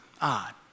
odd